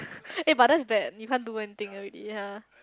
eh but that's bad you can't do anything already ya